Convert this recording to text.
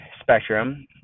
spectrum